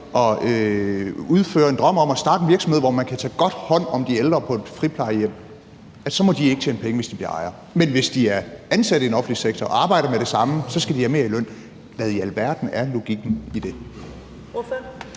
og udleve en drøm om at starte en virksomhed, hvor man kan tage god hånd om de ældre på et friplejehjem, må de ikke tjene penge, hvis de bliver ejere. Men hvis de er ansat i den offentlige sektor og arbejder med det samme, skal de have mere i løn. Hvad i alverden er logikken i det?